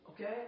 okay